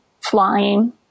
flying